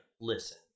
listen